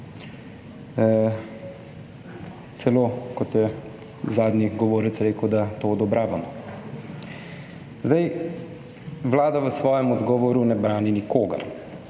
Celo, kot je zadnji govorec rekel, da to odobravamo. Zdaj, Vlada v svojem odgovoru ne brani nikogar,